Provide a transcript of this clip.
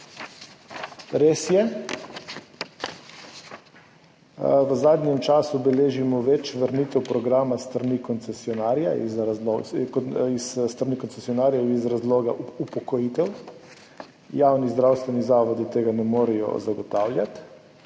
Res je, v zadnjem času beležimo več vrnitev programa s strani koncesionarjev zaradi upokojitev. Javni zdravstveni zavodi tega ne morejo zagotavljati.